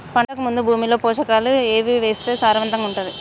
పంటకు ముందు భూమిలో పోషకాలు ఏవి వేస్తే సారవంతంగా ఉంటది?